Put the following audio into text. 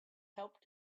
helped